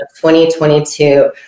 2022